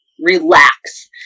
relax